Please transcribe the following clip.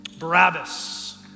Barabbas